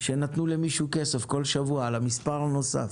שנתנו למישהו בכל שבוע על המספר הנוסף,